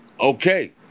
Okay